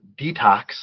Detox